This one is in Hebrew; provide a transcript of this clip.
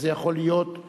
שזה יכול להיות יהודי,